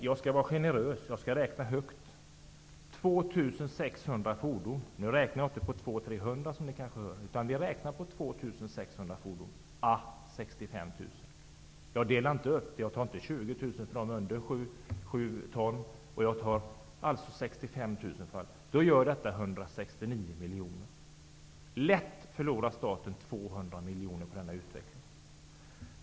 Jag skall vara generös och räkna högt, och jag räknar inte på 200-- 300 fordon utan på 2 600 à 65 000 kr. Jag delar inte upp det på 20 000 för fordon under sju ton. Alltså 2 600 gånger 65 000 -- det gör 169 miljoner. Staten förlorar 200 miljoner på affären!